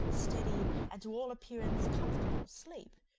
steady, and to all appearance comfortable, sleep,